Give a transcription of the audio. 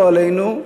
לא עלינו,